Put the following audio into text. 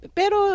pero